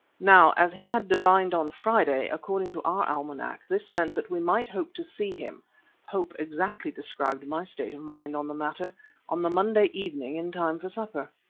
now as he had divined on friday, according to our almanac, this meant that we might hope to see him hope exactly described my state of mind on the matter on the monday evening in time for supper.